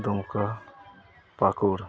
ᱫᱩᱢᱠᱟᱹ ᱯᱟᱹᱠᱩᱲ